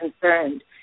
concerned